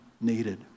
needed